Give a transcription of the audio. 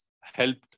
helped